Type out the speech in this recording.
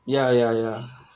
ya ya ya